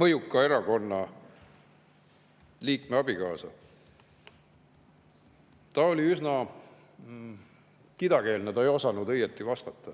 mõjuka erakonna liikme abikaasa!" Ta oli üsna kidakeelne, ta ei osanud õieti vastata.